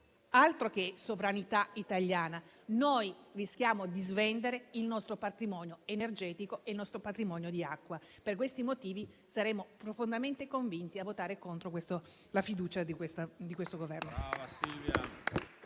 altro che sovranità italiana: noi rischiamo di svendere il nostro patrimonio energetico e il nostro patrimonio di acqua. Per questi motivi, voteremo con profonda convinzione contro la fiducia a questo Governo.